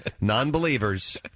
non-believers